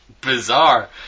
bizarre